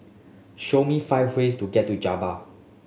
show me five ways to get to Juba